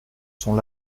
sont